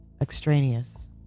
extraneous